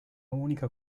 unica